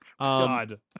God